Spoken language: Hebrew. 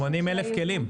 80,000 כלים.